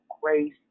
grace